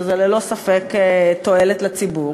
שהוא ללא ספק תועלת לציבור,